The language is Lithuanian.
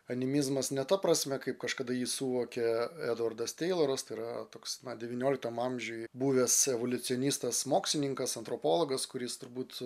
animizmas ne ta prasme kaip kažkada ji suvokė edvardas teiloras yra toks na devynioliktam amžiuj buvęs evoliucinis tas mokslininkas antropologas kuris turbūt